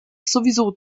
sowieso